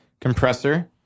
compressor